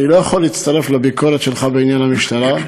אני לא יכול להצטרף לביקורת שלך בעניין המשטרה,